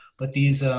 but these are